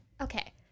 Okay